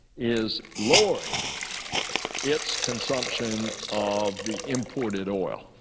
is lowering its consumption of the imported oil.